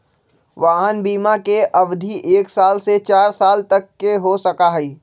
वाहन बिमा के अवधि एक साल से चार साल तक के हो सका हई